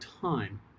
Time